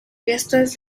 fiestas